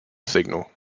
signal